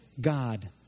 God